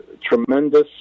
tremendous